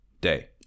Day